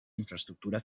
infraestructura